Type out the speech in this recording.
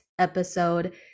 episode